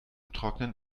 trocknen